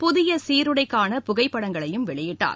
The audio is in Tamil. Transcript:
புதிய சீருடைக்கான புகைப்படங்களையும் வெளியிட்டார்